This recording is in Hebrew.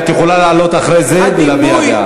את יכולה לעלות אחרי זה ולהביע דעה.